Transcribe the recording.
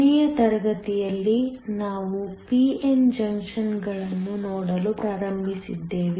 ಕೊನೆಯ ತರಗತಿಯಲ್ಲಿ ನಾವು p n ಜಂಕ್ಷನ್ಗಳನ್ನು ನೋಡಲು ಪ್ರಾರಂಭಿಸಿದ್ದೇವೆ